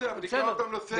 נקרא אותם לסדר.